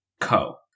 Co